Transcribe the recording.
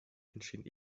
entstehen